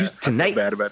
Tonight